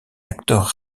acteurs